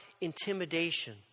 intimidation